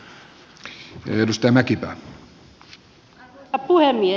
arvoisa puhemies